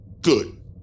Good